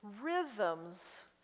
rhythms